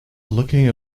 looking